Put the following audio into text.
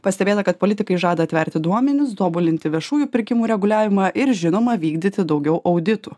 pastebėta kad politikai žada atverti duomenis tobulinti viešųjų pirkimų reguliavimą ir žinoma vykdyti daugiau auditų